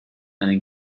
einen